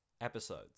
episodes